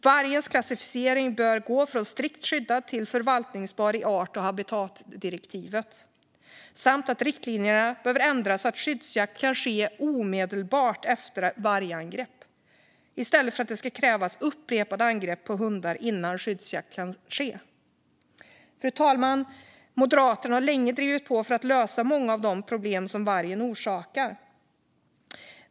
Vargens klassificering bör gå från strikt skyddad till förvaltningsbar i art och habitatdirektivet. Slutligen bör riktlinjerna ändras så att skyddsjakt kan ske omedelbart efter ett vargangrepp i stället för att det ska krävas upprepade angrepp på hundar innan skyddsjakt kan ske. Fru talman! Moderaterna har länge drivit på för att lösa många av de problem som vargen orsakar.